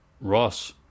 Ross